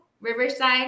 Riverside